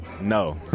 no